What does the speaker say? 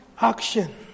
action